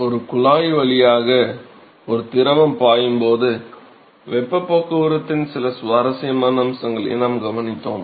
ஒரு குழாய் வழியாக ஒரு திரவம் பாயும் போது வெப்பப் போக்குவரத்தின் சில சுவாரஸ்யமான அம்சங்களை நாம் கவனித்தோம்